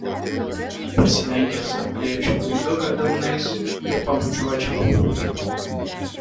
pasilenkęs apglėbčiau veiduką delnais ir pabučiuočiau